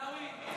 עיסאווי,